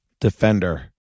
Defender